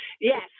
yes